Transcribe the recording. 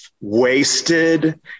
wasted